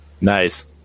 Nice